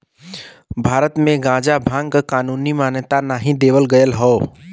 भारत में गांजा भांग क कानूनी मान्यता नाही देवल गयल हौ